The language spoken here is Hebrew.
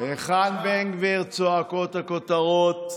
"היכן בן גביר?" צועקות הכותרות,